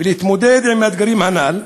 ולהתמודד עם האתגרים הנ"ל,